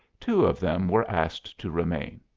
two of them were asked to remain.